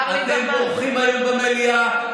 אתם בורחים היום במליאה,